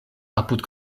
apud